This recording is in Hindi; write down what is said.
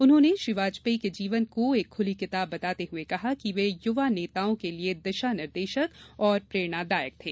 उन्होंने श्री वाजपेयी के जीवन को एक खुली किताब बताते हुए कहा कि वे युवा नेताओं को लिये दिशा निर्देशक और प्रेरणादायक थे